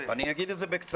אני אומר בקצרה.